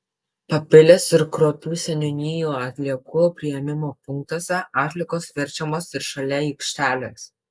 papilės ir kruopių seniūnijų atliekų priėmimo punktuose atliekos verčiamos ir šalia aikštelės